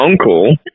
uncle